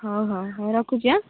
ହଁ ହଉ ହଉ ରଖୁଛି ଆଁ